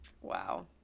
wow